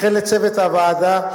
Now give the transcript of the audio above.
וכן לצוות הוועדה,